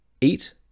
eat